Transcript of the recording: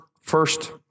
first